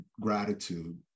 gratitude